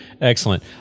Excellent